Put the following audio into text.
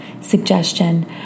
Suggestion